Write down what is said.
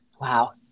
wow